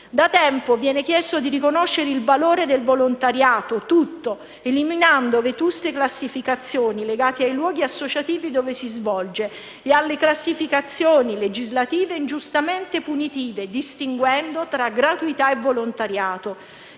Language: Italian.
Da tempo viene chiesto di riconoscere il valore del volontariato tutto, eliminando vetuste classificazioni legate ai luoghi associativi dove si svolge e alle classificazioni legislative ingiustamente punitive, distinguendo tra gratuità e volontariato.